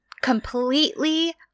completely